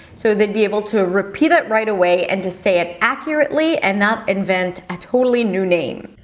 so they'll be able to repeat it right away and to say it accurately and not invent a totally new name.